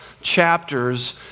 chapters